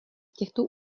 těchto